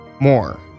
More